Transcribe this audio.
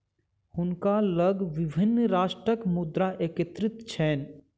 हुनका लग विभिन्न राष्ट्रक मुद्रा एकत्रित छैन